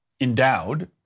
Endowed